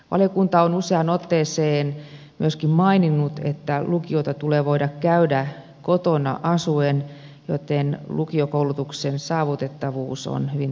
valiokunta on useaan otteeseen myöskin maininnut että lukiota tulee voida käydä kotona asuen joten lukiokoulutuksen saavutettavuus on hyvin tärkeä asia